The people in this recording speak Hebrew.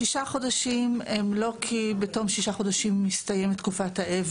שישה חודשים הם לא כי בתום שישה חודשים מסתיימת תקופת האבל.